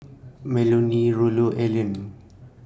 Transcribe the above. Melonie Rollo Alleen